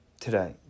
Today